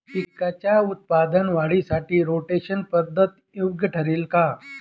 पिकाच्या उत्पादन वाढीसाठी रोटेशन पद्धत योग्य ठरेल का?